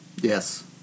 Yes